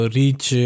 reach